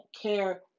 care